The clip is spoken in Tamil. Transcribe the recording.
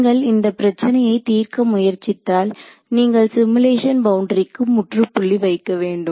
நீங்கள் இந்த பிரச்சனையை தீர்க்க முயற்சித்தால் நீங்கள் சிமுலேஷன் பவுண்டரிக்கு முற்றுப்புள்ளி வைக்க வேண்டும்